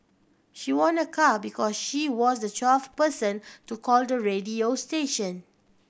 she won a car because she was the twelfth person to call the radio station